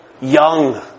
young